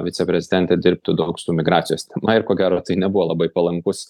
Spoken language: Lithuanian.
viceprezidentė dirbtų daug su migracijos tema ir ko gero tai nebuvo labai palankus